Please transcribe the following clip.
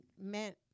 meant